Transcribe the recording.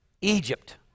Egypt